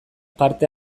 parte